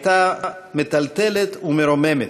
הייתה מטלטלת ומרוממת,